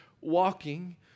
walking